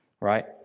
right